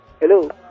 Hello